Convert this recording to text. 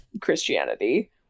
Christianity